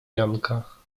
janka